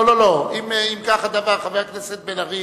לא, אם כך הדבר, חבר הכנסת בן-ארי